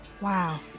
Wow